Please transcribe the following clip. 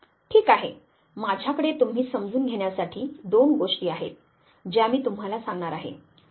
ठीक आहे माझ्याकडे तुम्ही समजून घेण्यासाठी दोन गोष्टी आहेत ज्या मी तुम्हाला सांगणार आहे